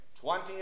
Twenty